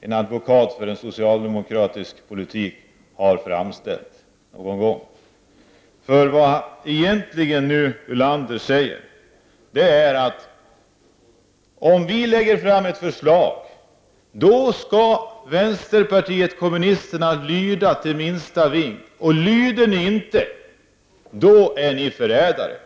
en advokat för en socialdemokratisk politik någon gång har framställt. Lars Ulander säger egentligen att när socialdemokraterna lägger fram ett förslag skall vänsterpartiet kommunisterna lyda minsta vink. Om de inte lyder är de förrädare.